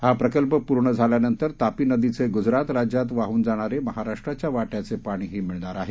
हा प्रकल्प पूर्ण झाल्यानंतर तापी नदीचे गुजरात राज्यात वाहून जाणारे महाराष्ट्राच्या वाट्याचं पाणीही मिळणार आहे